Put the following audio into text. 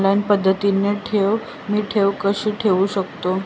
Online पद्धतीने मी ठेव कशी ठेवू शकतो?